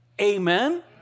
Amen